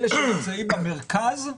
שנמצאים במרכז,